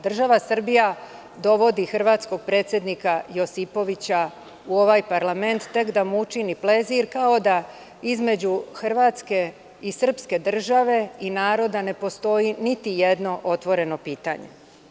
Država Srbija dovodi Hrvatskog predsednika Josipovića u ovaj parlament tek da mu učini plezir kao da između Hrvatske i srpske države i naroda ne postoji niti jedno otvoreno pitanje.